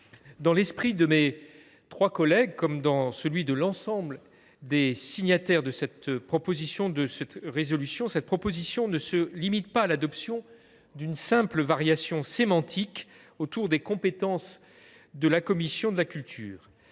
Dans l’esprit de mes trois collègues, comme dans celui de l’ensemble de ses signataires, cette proposition de résolution ne se limite pas à l’adoption d’une simple variation sémantique autour des compétences de la commission de la culture.